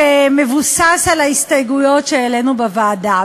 שמבוסס על ההסתייגויות שהעלינו בוועדה.